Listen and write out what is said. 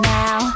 now